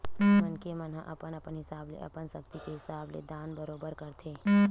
मनखे मन ह अपन अपन हिसाब ले अपन सक्ति के हिसाब ले दान बरोबर करथे